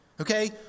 Okay